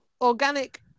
organic